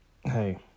Hey